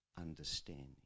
understanding